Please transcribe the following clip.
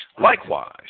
Likewise